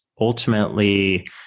ultimately